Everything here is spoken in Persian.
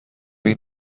این